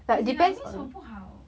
as in like 为什么不好